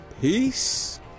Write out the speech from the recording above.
peace